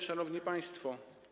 Szanowni Państwo!